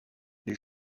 les